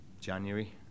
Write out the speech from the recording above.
January